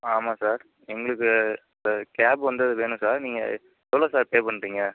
ஆமாம் சார் எங்களுக்கு இப்போ கேப் வந்து அது வேணும் சார் நீங்கள் எவ்வளோ சார் பே பண்ணுறீங்க